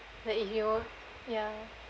like in your ya